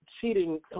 cheating